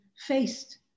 faced